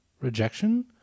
rejection